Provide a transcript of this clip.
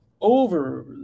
over